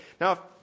now